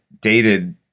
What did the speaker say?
dated